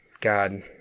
God